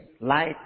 light